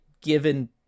given